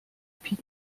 pik